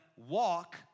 walk